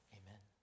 amen